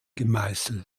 gemeißelt